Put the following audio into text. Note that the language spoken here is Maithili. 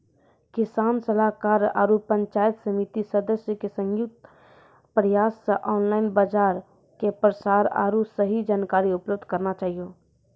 किसान सलाहाकार आरु पंचायत समिति सदस्य के संयुक्त प्रयास से ऑनलाइन बाजार के प्रसार आरु सही जानकारी उपलब्ध करना चाहियो?